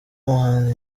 umuhanzi